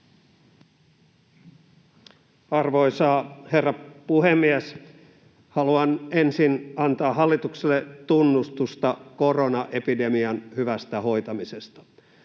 Arvoisa herra puhemies! Haluan ensin antaa hallitukselle tunnustusta koronaepidemian hyvästä hoitamisesta.